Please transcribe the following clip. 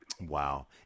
Wow